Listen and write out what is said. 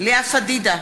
לאה פדידה,